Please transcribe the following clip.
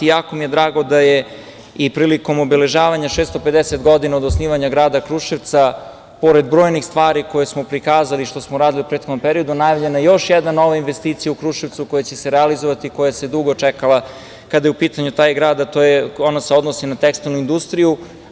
Jako mi je drago da je i prilikom obeležavanja 650 godina od osnivanja grada Kruševca, pored brojnih stvari koje smo prikazali što smo radili u prethodnom periodu, najavljena još jedna nova investicija u Kruševcu koja će se realizovati a koja se dugo čekala kada je u pitanju taj grad, a ona se odnosi na tekstilnu industriju.